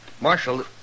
Marshal